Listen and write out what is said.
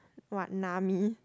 what Nami